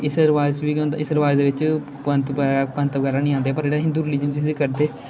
इस रबाज च बी केह् होंदा इस रबाज दे बिच्च पंत ब पंत बगैरा हैन्नी आंदे पर जेह्ड़े हिंदू रलिजन च इस्सी करदे